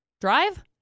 drive